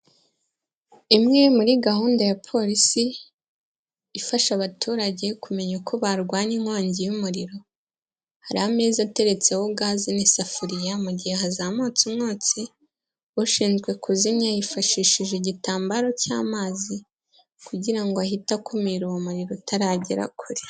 Imwe muri gahunda ya polisi ifasha abaturage kumenya uko barwanya inkongi y'umuriro, hari ameza ateretseho gazi n'isafuriya mu gihe hazamutse umwotsi, ushinzwe kuzimya yifashishije igitambaro cy'amazi kugira ngo ahite akumira uwo muririro utaragera kure.